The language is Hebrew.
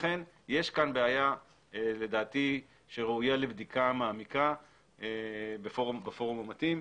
לכן יש כאן בעיה לדעתי שראויה לבדיקה מעמיקה בפורום המתאים.